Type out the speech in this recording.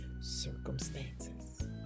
circumstances